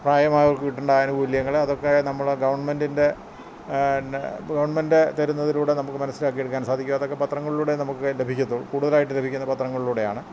പ്രായമായവർക്ക് കിട്ടേണ്ട ആനുകൂല്യങ്ങൾ അതൊക്കെ നമ്മുടെ ഗവൺമെൻറ്റിൻ്റെ ഗവൺമെൻറ്റ് തരുന്നതിലൂടെ നമുക്ക് മനസ്സിലാക്കിയെടുക്കാൻ സാധിക്കും അതൊക്കെ പത്രങ്ങളിലൂടെ നമുക്ക് ലഭിക്കത്തുള്ളൂ കൂടുതലായിട്ട് ലഭിക്കുന്നത് പത്രങ്ങളിലൂടെയാണ്